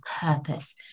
purpose